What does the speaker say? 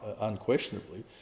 unquestionably